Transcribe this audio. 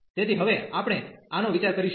તેથી હવે આપણે આનો વિચાર કરીશું